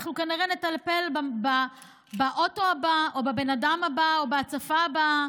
אנחנו כנראה נטפל באוטו הבא או בבן אדם הבא או בהצפה הבאה,